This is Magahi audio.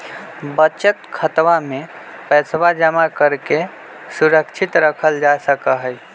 बचत खातवा में पैसवा जमा करके सुरक्षित रखल जा सका हई